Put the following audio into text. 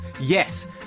Yes